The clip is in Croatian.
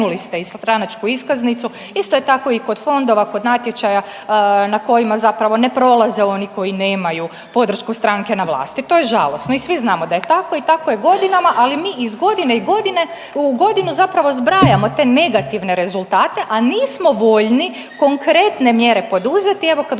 i svi znamo da je tako i tako je godinama, ali mi iz godine i godine, u godinu zapravo zbrajamo te negativne rezultate, a nismo voljni konkretne mjere poduzeti,